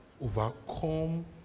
overcome